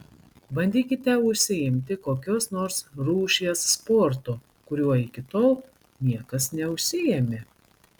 bandykite užsiimti kokios nors rūšies sportu kuriuo iki tol niekas neužsiėmė